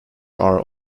are